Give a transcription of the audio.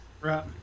Right